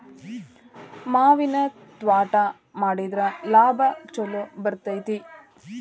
ಮಾವಿನ ತ್ವಾಟಾ ಮಾಡಿದ್ರ ಲಾಭಾ ಛಲೋ ಬರ್ತೈತಿ